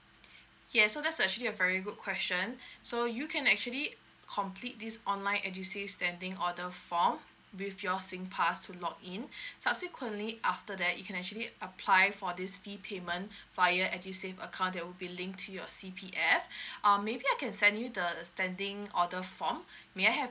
yes so that's actually a very good question so you can actually complete this online edusave standing order form with your singpass to log in subsequently after that you can actually apply for this P payment via edusave account that will be linked to your C P F um maybe I can send you the standing order form may I have